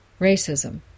racism